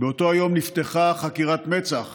באותו היום נפתחה חקירת מצ"ח